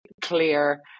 clear